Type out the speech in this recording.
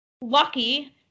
lucky